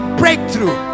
breakthrough